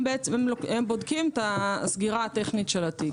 הם בודקים את הסגירה הטכנית של התיק.